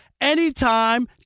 anytime